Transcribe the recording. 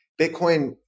Bitcoin